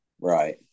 right